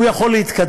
הוא יכול להתקדם,